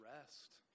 rest